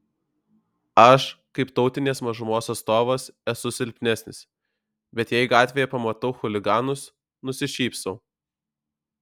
aš kaip tautinės mažumos atstovas esu silpnesnis bet jei gatvėje pamatau chuliganus nusišypsau